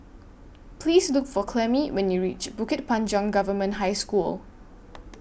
Please Look For Clemie when YOU REACH Bukit Panjang Government High School